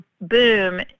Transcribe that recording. boom